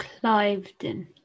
Cliveden